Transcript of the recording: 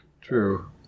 True